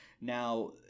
Now